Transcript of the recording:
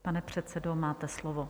Pane předsedo, máte slovo.